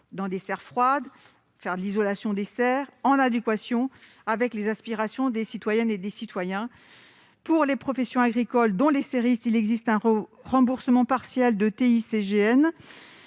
pense aux serres froides ou à l'isolation des serres -, en adéquation avec les aspirations des citoyennes et des citoyens. Pour les professions agricoles, dont les serristes, il existe un remboursement partiel de TICGN.